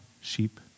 sheep